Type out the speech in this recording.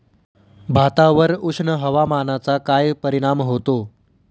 भातावर उष्ण हवामानाचा काय परिणाम होतो?